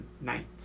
night